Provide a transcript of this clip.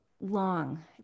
long